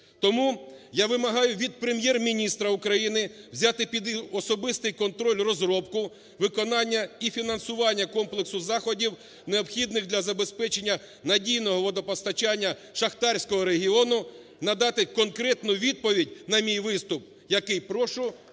Тому я вимагаю від Прем'єр-міністра України взяти під особистий контроль розробку, виконання і фінансування комплексу заходів, необхідних для забезпечення надійного водопостачання шахтарського регіону. Надати конкретну відповідь на мій виступ, який прошу